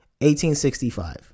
1865